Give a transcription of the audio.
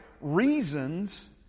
reasons